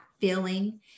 feeling